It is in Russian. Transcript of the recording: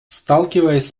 сталкиваясь